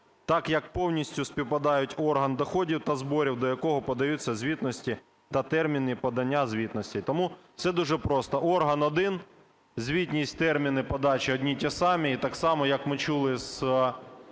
так як повністю співпадають орган доходів та зборів, до якого подаються звітності та терміни подання звітностей. Тому це дуже просто: орган один, звітність, терміни подачі одні й ті самі. І так само, як ми чули з